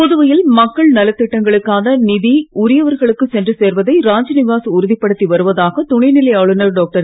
புதுவையில் மக்கள் நலத்திட்டங்களுக்கான நிதி உரியவர்களுக்கு சென்று சேர்வதை ராஜ்நிவாஸ் உறுதிப்படுத்தி வருவதாக துணைநிலை ஆளுநர் டாக்டர்